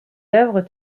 œuvres